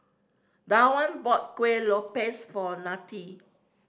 Dawna bought Kuih Lopes for Nettie